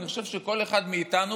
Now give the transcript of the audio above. אני חושב שכל אחד מאיתנו,